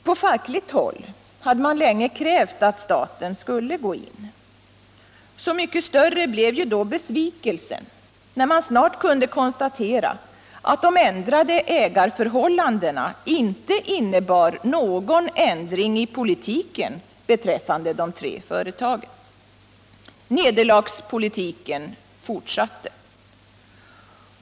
På fackligt håll hade man länge krävt att staten skulle gå in. Så mycket större blev besvikelsen när man snart kunde konstatera att de ändrade ägarförhållandena inte innebar någon ändring i politiken beträffande de tre företagen. Nederlagspolitiken fortsatte.